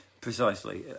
precisely